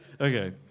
Okay